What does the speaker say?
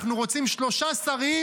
אנחנו רוצים שלושה שרים,